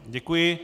Děkuji.